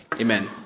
amen